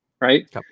right